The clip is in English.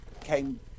came